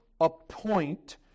appoint